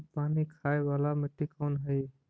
कम पानी खाय वाला मिट्टी कौन हइ?